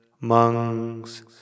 Monks